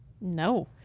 no